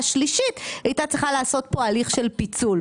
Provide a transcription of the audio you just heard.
השלישית היא הייתה צריכה לעשות פה הליך של פיצול.